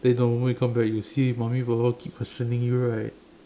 then the moment you come back you see mummy papa keep questioning you right